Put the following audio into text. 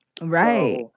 Right